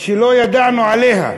שלא ידענו עליה,